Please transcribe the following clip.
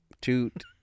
toot